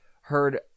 heard